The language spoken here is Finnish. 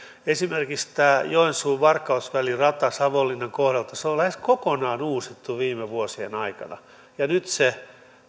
esimerkiksi tämä joensuu varkaus välin rata savonlinnan kohdalta on lähes kokonaan uusittu viime vuosien aikana ja nyt se